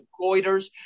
goiters